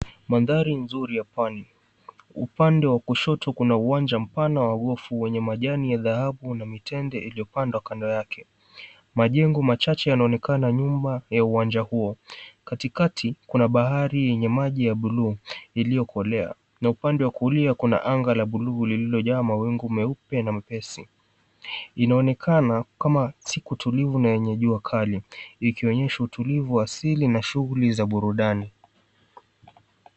Mandhari nzuri ya Pwani. Upande wa kushoto kuna uwanja mpana wa gofu wenye majani ya dhahabu na mitende iliyopandwa kando yake. Majengo machache yanaonekana nyuma ya uwanja huo. Katikati, kuna bahari yenye maji ya buluu yaliyokolea, na upande wa kulia kuna anga la buluu lililojaa mawingu meupe na mepesi. Inaonekana kama siku tulivu na yenye jua kali, ikionyesha utulivu wa asili na shughuli za burudani.